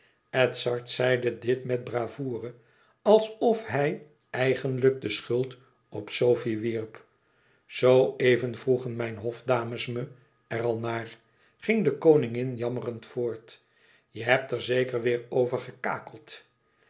edzard zeide dit met bravoure alsof hij eigenlijk de schuld op sofie wierp zoo even vroegen mijn hofdames me er al naar ging de koningin jammerend voort je hebt er zeker weêr over gekakeld